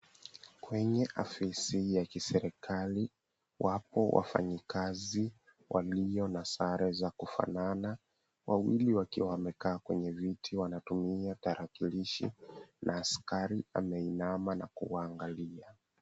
Kwenye ofisi ya kiserikali wapo wafanyikazi walio na sare za kufanana, wawili wakiwa wamekaa kwenye viti wanatumia tarakilishi na askari ameinama na kuwaangalia.